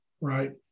right